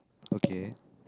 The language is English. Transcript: okay